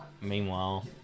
Meanwhile